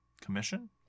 commission